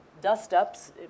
dust-ups